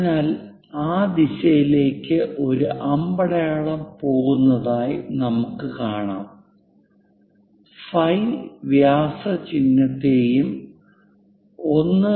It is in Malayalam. അതിനാൽ ആ ദിശയിലേക്ക് ഒരു അമ്പടയാളം പോകുന്നതായി നമുക്ക് കാണാം ഫൈ വ്യാസ ചിഹ്നത്തെയും 1